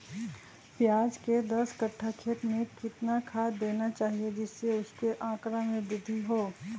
प्याज के दस कठ्ठा खेत में कितना खाद देना चाहिए जिससे उसके आंकड़ा में वृद्धि हो?